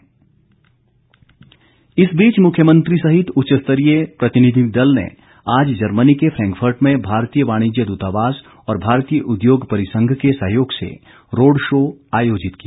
road show इस बीच मुख्यमंत्री सहित उच्च स्तरीय प्रतिनिधि दल ने आज जर्मनी के फ्रेंकफर्ट में भारतीय वाणिज्य द्रतावास और भारतीय उद्योग परिसंघ के सहयोग से रोड़ शो आयोजित किया